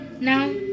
Now